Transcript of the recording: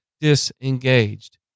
disengaged